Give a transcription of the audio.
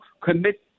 commit